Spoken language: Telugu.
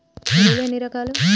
ఎరువులు ఎన్ని రకాలు?